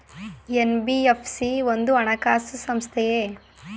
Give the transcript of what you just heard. NBFC ಒಂದು ಹಣಕಾಸು ಸಂಸ್ಥೆಯೇ?